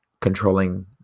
controlling